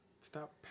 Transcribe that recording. Stop